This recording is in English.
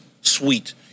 Sweet